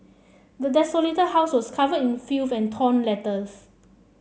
the desolated house was covered in filth and torn letters